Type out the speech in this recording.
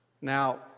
Now